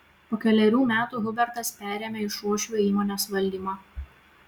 po kelerių metų hubertas perėmė iš uošvio įmonės valdymą